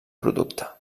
producte